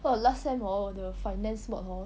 !wah! last sem hor 我的 finance mod hor